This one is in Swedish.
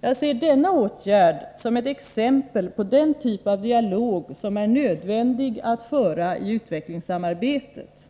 Jag ser denna åtgärd som ett exempel på den typ av dialog som är nödvändig att föra i utvecklingssamarbetet.